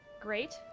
Great